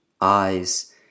eyes